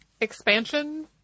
expansion